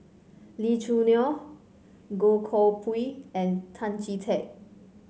Lee Choo Neo Goh Koh Pui and Tan Chee Teck